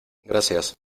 gracias